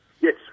Yes